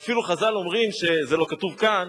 ואפילו חז"ל אומרים, זה לא כתוב כאן,